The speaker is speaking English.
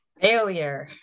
Failure